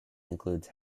includes